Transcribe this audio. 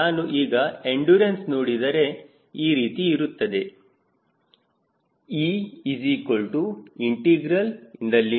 ನಾನು ಈಗ ಎಂಡುರನ್ಸ್ ನೋಡಿದರೆ ಈ ರೀತಿ ಇರುತ್ತದೆ E0Edt W0W1dWfCP